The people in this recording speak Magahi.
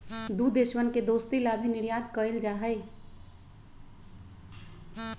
दु देशवन के दोस्ती ला भी निर्यात कइल जाहई